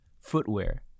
footwear